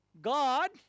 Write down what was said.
God